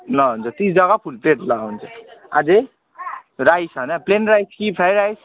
ल हुन्छ तिस जग्गा फुल प्लेट ल हुन्छ अझै राइस होइन प्लेन राइस कि फ्राइड राइस